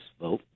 vote